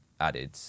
added